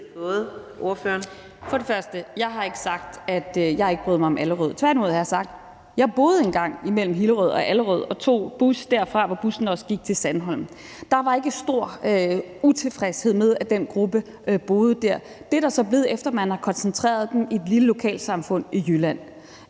For det første har jeg ikke sagt, at jeg ikke bryder mig om Allerød. Tværtimod har jeg sagt, at jeg engang boede mellem Hillerød og Allerød og tog bussen fra der, hvor bussen også gik til Sandholm. Der var ikke stor utilfredshed med, at den gruppe boede der. Det er der så blevet, efter man har koncentreret dem i et lille lokalsamfund i Jylland.